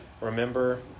remember